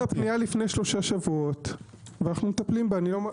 קיבלנו פנייה לפני שלושה שבועות ואנו מטפלים בה.